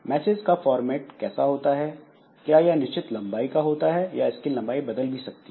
message का format कैसा होता है क्या यह निश्चित लंबाई का होता है या इसकी लंबाई भी बदल सकती है